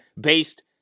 based